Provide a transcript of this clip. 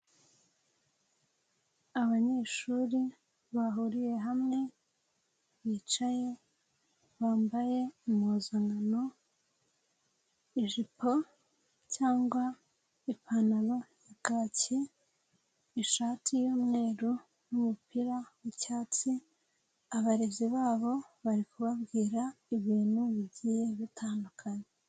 Abanyeshuri bahuriye hamwe, bicaye, bambaye impuzankano, ijipo cyangwa ipantaro ya kaki, ishati y'umweru n'umupira w'icyatsi, abarezi babo bari kubabwira ibintu bigiye bitandukanye.